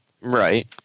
Right